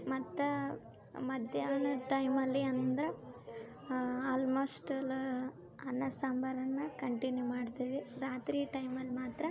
ಮತ್ತು ಮಧ್ಯಾಹ್ನ ಟೈಮಲ್ಲಿ ಅಂದ್ರ ಆಲ್ಮೋಸ್ಟ್ ಅಲ್ ಅನ್ನ ಸಾಂಬಾರನ್ನ ಕಂಟಿನ್ಯೂ ಮಾಡ್ತೀವಿ ರಾತ್ರಿ ಟೈಮಲ್ಲಿ ಮಾತ್ರ